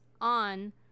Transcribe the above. on